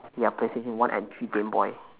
ya playstation one and three game boy